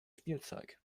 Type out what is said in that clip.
spielzeug